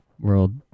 world